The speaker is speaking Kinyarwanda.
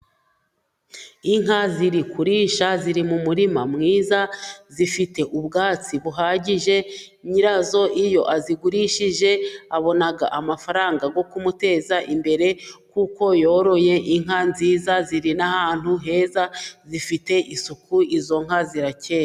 Inka ziri kurisha ziri mu murima mwiza zifite ubwatsi buhagije, nyirazo iyo azigurishije abona amafaranga yo kumuteza imbere kuko yoroye inka nziza, ziri n'ahantu heza zifite isuku izo nka zirakeye.